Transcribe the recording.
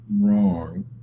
wrong